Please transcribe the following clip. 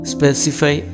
Specify